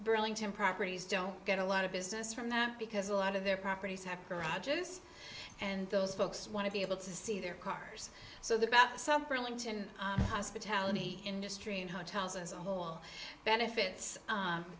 burlington properties don't get a lot of business from them because a lot of their properties have garages and those folks want to be able to see their cars so the back and hospitality industry and hotels and benefits